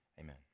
amen